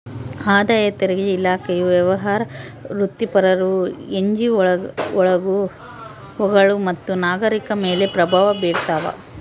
ಆದಾಯ ತೆರಿಗೆ ಇಲಾಖೆಯು ವ್ಯವಹಾರ ವೃತ್ತಿಪರರು ಎನ್ಜಿಒಗಳು ಮತ್ತು ನಾಗರಿಕರ ಮೇಲೆ ಪ್ರಭಾವ ಬೀರ್ತಾವ